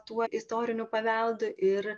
tuo istoriniu paveldu ir